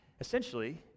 Essentially